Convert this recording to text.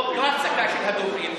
לא הפסקה של הדוברים,